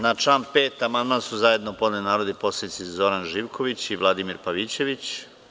Na član 5. amandman su zajedno podneli narodni poslanici Zoran Živković i Vladimir Pavićević.